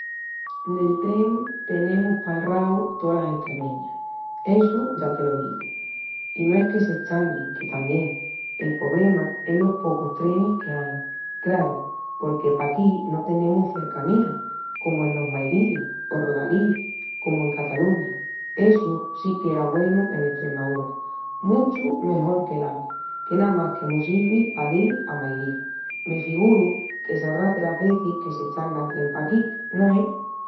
Del tren tenemus palrau tolas estremeñas, essu ya te lo digu. I no es que s'eschangui, que tamién, el pobrema es los pocus trenis qu'ain. Craru, porque paquí no tenemus cercanías, comu enos Mairilis, o rodalíes, comu en Cataluña. Essu si qu'era güenu en Estremaúra, muchu mejol que'l AVE que namás que mos sirvi pa dil a Mairil. Me figuru que sabrás delas vezis que s'eschanga el tren paquí, no es?